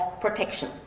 protection